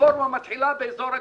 הרפורמה מתחילה באזור הגליל,